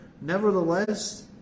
nevertheless